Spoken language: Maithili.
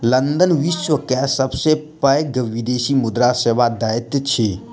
लंदन विश्व के सबसे पैघ विदेशी मुद्रा सेवा दैत अछि